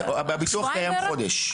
הביטוח קיים חודש.